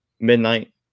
midnight